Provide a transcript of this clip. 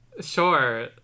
sure